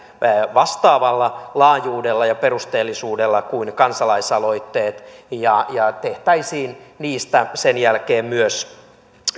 vastaavalla laajuudella ja perusteellisuudella kuin kansalaisaloitteet ja tehtäisiin niistä sen jälkeen myös